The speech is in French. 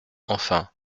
enfin